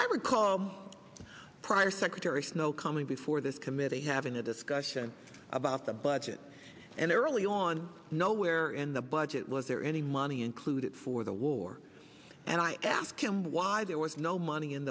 would call prior secretary snow coming before this committee having a discussion about the budget and early on nowhere in the budget was there any money included for the war and i asked him why there was no money in